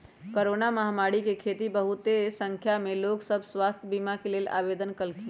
corona महामारी के देखइते बहुते संख्या में लोग सभ स्वास्थ्य बीमा के लेल आवेदन कलखिन्ह